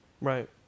Right